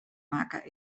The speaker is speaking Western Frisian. makke